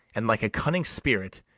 and, like a cunning spirit,